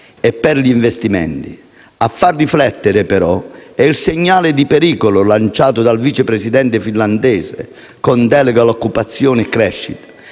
e per gli investimenti. A far riflettere, però, è il segnale di pericolo lanciato dal Vice Presidente finlandese con deleghe all'occupazione, crescita,